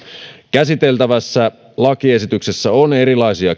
käsiteltävässä lakiesityksessä on erilaisia